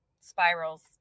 spirals